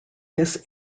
this